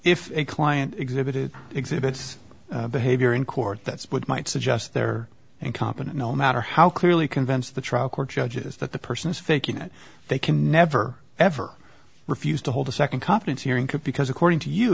if a client exhibited exhibits behavior in court that would might suggest they're incompetent no matter how clearly convinced the trial court judges that the person is faking it they can never ever refused to hold a second confidence hearing because according to you